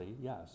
yes